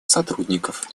сотрудников